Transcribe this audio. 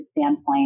standpoint